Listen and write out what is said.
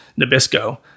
nabisco